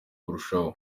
kurushaho